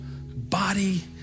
body